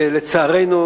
לצערנו,